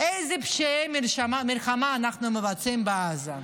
איזה פשעי מלחמה אנחנו מבצעים בעזה.